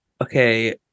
Okay